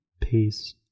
peace